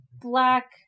black